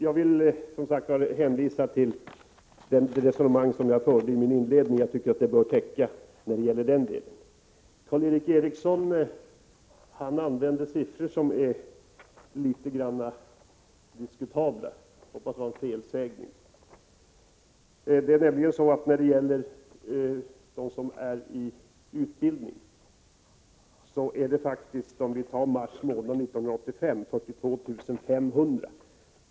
Jag vill som sagt hänvisa till det resonemang som jag förde i min inledning. Det bör täcka den delen. Karl Erik Eriksson använde sig av siffror som är litet diskutabla. Jag hoppas det var en felsägning. Det är nämligen så, om vi tar mars månad 1985, att det är 42 500 personer som är i utbildning.